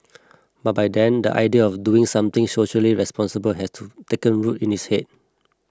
but by then the idea of doing something socially responsible had to taken root in his head